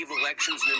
elections